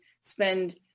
spend